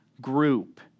group